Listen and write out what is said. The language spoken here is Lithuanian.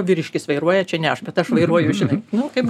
vyriškis vairuoja čia ne aš bet aš vairuoju žinai nu kaip